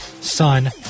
son